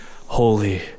holy